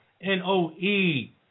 N-O-E